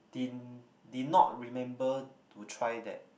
din did not remember to try that